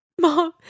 Mom